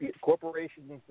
corporations